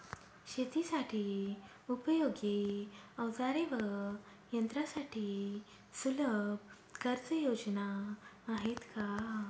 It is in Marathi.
शेतीसाठी उपयोगी औजारे व यंत्रासाठी सुलभ कर्जयोजना आहेत का?